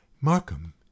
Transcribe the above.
markham